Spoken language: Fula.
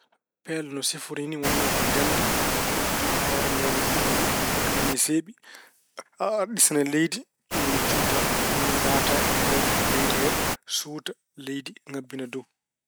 Peel no siforii ni wonno ko njamndi dow- hoore nde ne ummi kadi ne sewi. A ɗisan e leydi ni woni cuuta, ni woni naata e nder leydi he, suuta leydi ngabbina dow.